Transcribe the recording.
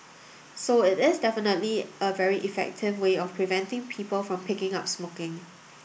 so it is definitely a very effective way of preventing people from picking up smoking